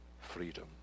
freedom